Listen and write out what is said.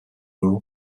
rural